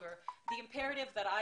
לאנטישמיות.